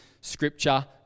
scripture